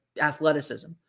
athleticism